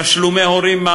מעלים תשלומי הורים,